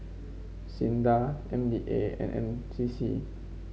SINDA M D A and C C